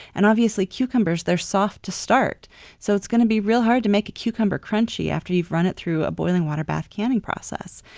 and obviously, cucumbers are soft to start so it's going to be real hard to make a cucumber crunchy after you've run it through a boiling water bath canning process.